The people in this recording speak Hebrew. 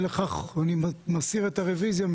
אי לכך אני מסיר את הרוויזיה.